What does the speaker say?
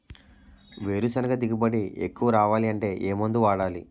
వేరుసెనగ దిగుబడి ఎక్కువ రావాలి అంటే ఏ మందు వాడాలి?